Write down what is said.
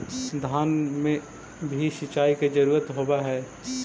धान मे भी सिंचाई के जरूरत होब्हय?